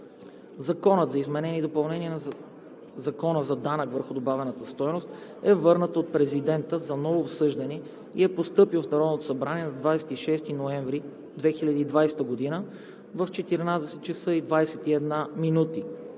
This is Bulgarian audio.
Законът за изменение и допълнение на Закона за данък върху добавената стойност е върнат от президента за ново обсъждане и е постъпил в Народното събрание на 26 ноември 2020 г. в 14,21 ч.,